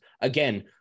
again